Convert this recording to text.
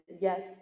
yes